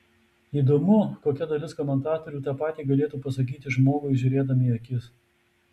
įdomu kokia dalis komentatorių tą patį galėtų pasakyti žmogui žiūrėdami į akis